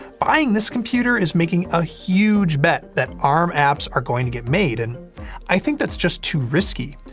buying this computer is making a huge bet that arm apps are going to get made, and i think that's just too risky.